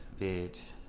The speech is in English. bitch